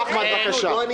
אחמד, בבקשה.